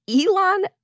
Elon